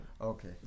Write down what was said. Okay